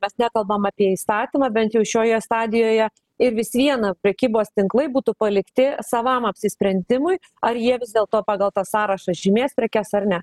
mes nekalbam apie įstatymą bent jau šioje stadijoje ir vis viena prekybos tinklai būtų palikti savam apsisprendimui ar jie vis dėlto pagal tą sąrašą žymės prekes ar ne